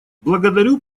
благодарю